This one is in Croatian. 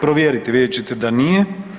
Provjerite, vidjet ćete da nije.